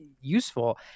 useful